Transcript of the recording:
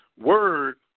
word